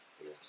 Yes